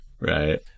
Right